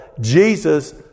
Jesus